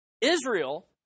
Israel